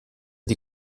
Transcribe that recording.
die